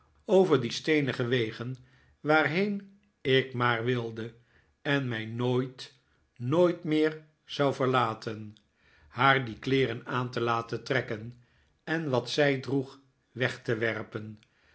over die steenige wegen waarheen ik maar wilde en mij nooit nooit meer zou verlaten haar die kleeren aan te laten trekken en wat zij droeg weg te werpen